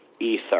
Ether